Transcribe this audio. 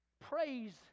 Praise